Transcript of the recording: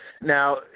Now